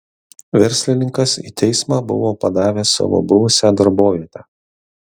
verslininkas į teismą buvo padavęs savo buvusią darbovietę